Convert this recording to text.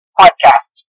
podcast